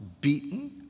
beaten